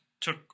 took